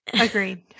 Agreed